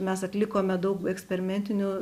mes atlikome daug eksperimentinių